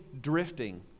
drifting